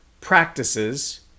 practices